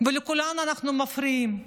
ולכולם אנחנו מפריעים,